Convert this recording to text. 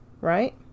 right